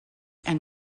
and